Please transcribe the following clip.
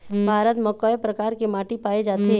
भारत म कय प्रकार के माटी पाए जाथे?